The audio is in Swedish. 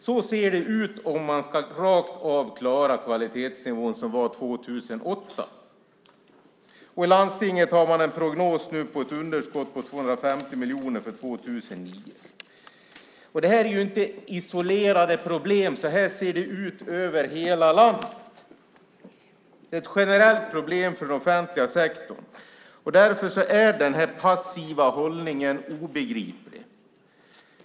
Så ser det ut om man ska rakt av klara 2008 års kvalitetsnivå. I landstinget har man nu en prognos på ett underskott på 250 miljoner för 2009. Det här är inte isolerade problem. Så här ser det ut över hela landet. Det är ett generellt problem för den offentliga sektorn, och därför är denna passiva hållning obegriplig.